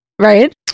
right